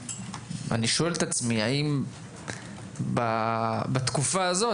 ואני שואל את עצמי האם בתקופה הזו,